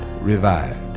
Revived